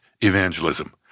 evangelism